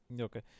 Okay